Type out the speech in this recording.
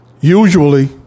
usually